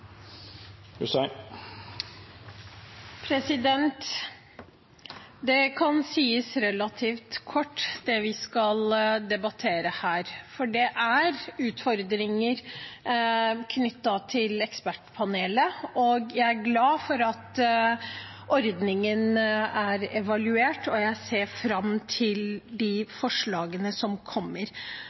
Det kan sies relativt kort, det vi skal debattere her, for det er utfordringer knyttet til Ekspertpanelet. Jeg er glad for at ordningen er evaluert, og jeg ser fram til de forslagene som kommer.